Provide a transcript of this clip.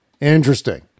Interesting